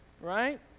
right